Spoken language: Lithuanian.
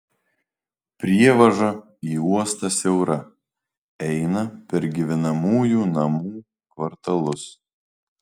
prievaža į uostą siaura eina per gyvenamųjų namų kvartalus